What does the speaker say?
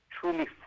truly